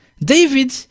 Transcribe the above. David